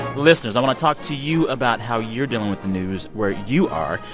listeners, i want to talk to you about how you're dealing with the news where you are.